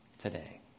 today